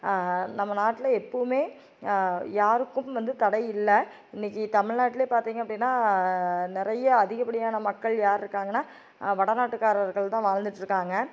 நம்ம நாட்டில் எப்போதுமே யாருக்கும் வந்து தடை இல்லை இன்னைக்கு தமிழ்நாட்லே பார்த்திங்க அப்படின்னா நிறைய அதிகப்படியான மக்கள் யார் இருக்காங்கன்னா வட நாட்டுக்காரர்கள் தான் வாழ்ந்துட்டுருக்காங்க